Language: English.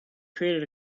created